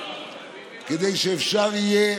כדי שאפשר יהיה